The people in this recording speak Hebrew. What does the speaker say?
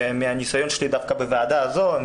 שמהניסיון שלי דווקא בוועדה הזו,